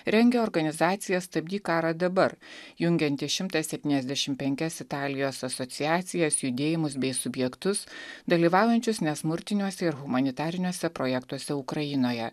rengia organizacija stabdyk karą dabar jungianti šimtą septyniasdešim penkias italijos asociacijas judėjimus bei subjektus dalyvaujančius nesmurtiniuose ir humanitariniuose projektuose ukrainoje